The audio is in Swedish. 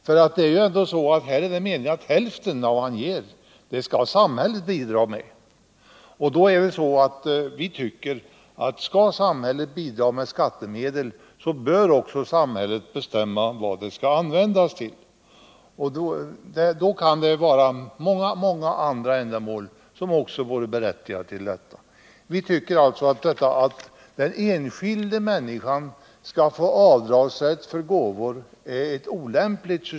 Det som föreslås är ändå att samhället skall bidra med hälften av inkomstskatten på det som han ger. Vi tycker att samhället om det skall bidra med skattemedel också bör bestämma vad de skall användas till, och då kan också många andra ändamål komma i fråga. Vi tycker alltså att det är ett olämpligt system att den enskilda människan skall få avdragsrätt för gåvor.